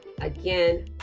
again